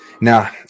Now